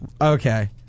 Okay